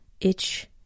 itch